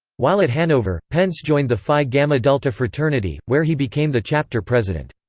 while at hanover, pence joined the phi gamma delta fraternity, where he became the chapter president.